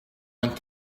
went